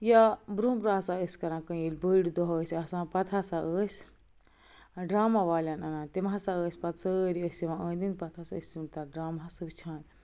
یا برٛۄنٛہہ برٛۄنٛہہ ہَسا ٲسۍ کَران کُنۍ ییٚلہِ بٔڑۍ دۄہ ٲسۍ آسان پتہٕ ہَسا ٲسۍ ڈرٛاما والٮ۪ن اَنان تِم ہَسا ٲسۍ پتہٕ سٲری ٲسۍ یِوان أنٛدۍ أنٛدۍ پتہٕ ہَسا ٲسۍ تِم تَتھ ڈرٛامہس وٕچھان